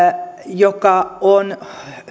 joka on